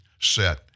set